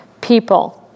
people